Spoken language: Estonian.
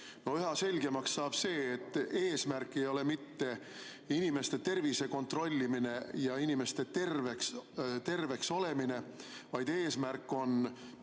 Üha selgemaks saab see, et eesmärk ei ole mitte inimeste tervise kontrollimine ja inimeste terve olemine, vaid eesmärk on